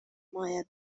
maya